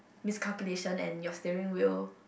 miscalculation and your steering wheel